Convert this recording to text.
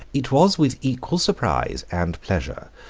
it was with equal surprise and pleasure,